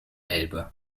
elbe